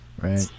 right